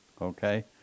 Okay